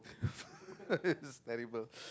terrible